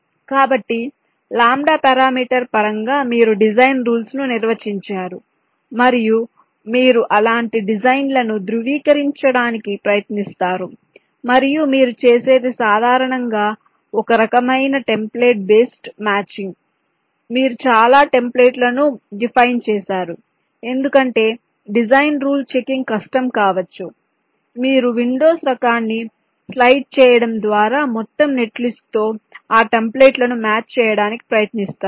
కాబట్టి lambda parameter పరంగా మీరు డిజైన్ రూల్స్ ను నిర్వచించారు మరియు మీరు అలాంటి డిజైన్లను ధృవీకరించడానికి ప్రయత్నిస్తారు మరియు మీరు చేసేది సాధారణంగా ఒక రకమైన టెంప్లేట్ బేస్డ్ మాచింగ్ మీరు చాలా టెంప్లేట్లను డిఫైన్ చేశారు ఎందుకంటే డిజైన్ రూల్ చెకింగ్ కష్టం కావచ్చు మీరు విండోస్ రకాన్ని స్లైడ్ చేయడం ద్వారా మొత్తం నెట్లిస్ట్తో ఆ టెంప్లేట్లను మ్యాచ్ చేయడానికి ప్రయత్నిస్తారు